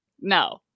No